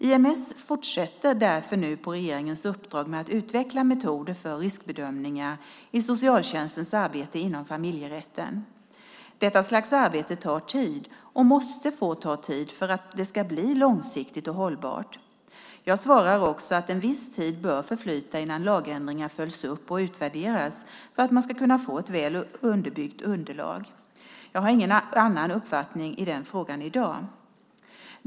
IMS fortsätter därför nu på regeringens uppdrag med att utveckla metoder för riskbedömningar i socialtjänstens arbete inom familjerätten. Detta slags arbete tar tid - och måste få ta tid för att det ska bli långsiktigt och hållbart. Jag svarar också att en viss tid bör förflyta innan lagändringar följs upp och utvärderas för att man ska kunna få ett väl underbyggt underlag. Jag har ingen annan uppfattning i den frågan i dag.